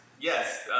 yes